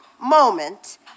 moment